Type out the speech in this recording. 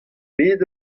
bet